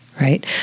right